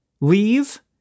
leave